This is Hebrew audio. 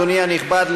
אדוני הנכבד,